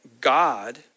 God